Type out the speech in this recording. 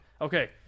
Okay